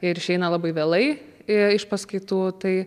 ir išeina labai vėlai iš paskaitų tai